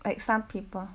like some people